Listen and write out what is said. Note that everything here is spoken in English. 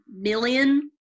million